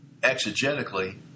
exegetically